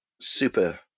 super